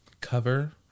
cover